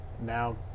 Now